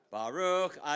Baruch